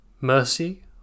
Mercy